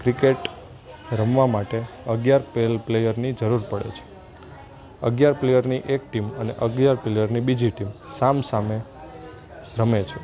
cricket રમવા માટે અગિયાર પેલ પ્લેયરની જરૂર પડે છે અગિયાર પ્લેયરની એક ટીમ અને અગિયાર પ્લેયરની બીજી ટીમ સામ સામે રમે છે